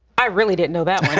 i really didn't know that one!